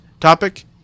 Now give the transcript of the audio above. topic